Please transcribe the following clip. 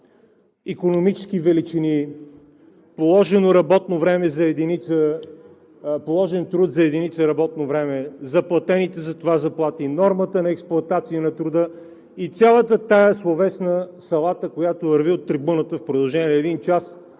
исторически периоди, икономически величини, положен труд за единица работно време, заплатените за това заплати, нормата на експлоатация на труда и цялата тази словесна салата, която върви от трибуната в продължение на един час,